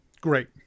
Great